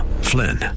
Flynn